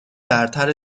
برتر